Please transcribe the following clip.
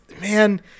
man